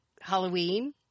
Halloween